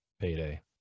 Payday